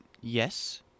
yes